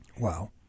Wow